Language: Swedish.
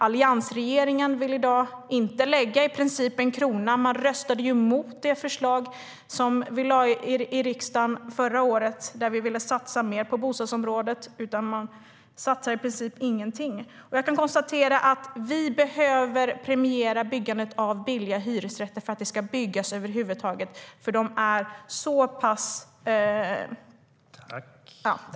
Alliansen vill i princip inte lägga en krona i dag. Man röstade ju mot det förslag som vi lade fram i riksdagen förra året där vi ville satsa mer på bostadsområdet. Man satsar i princip ingenting.